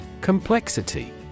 Complexity